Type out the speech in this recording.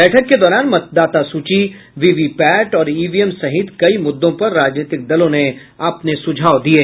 बैठक के दौरान मतदाता सूची वीवीपैट और ईवीएम सहित कई मुद्दों पर राजनीतिक दलों ने अपने सुझाव दिये